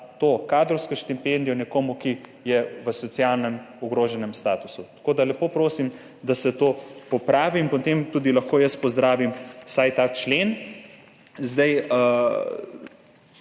kadrovsko štipendijo da nekomu, ki je v socialno ogroženem statusu. Tako da lepo prosim, da se to popravi in potem tudi lahko jaz pozdravim vsaj ta člen.